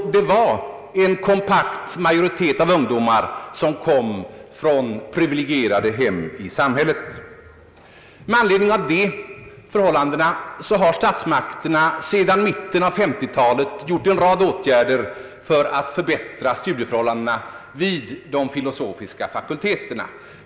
Då var en kompakt majoritet av ungdomarna från privilegierade hem. Med anledning av dessa förhållanden har statsmakterna sedan mitten av 1950 talet vidtagit en rad åtgärder för att förbättra studieförhållandena vid de filosofiska fakulteterna.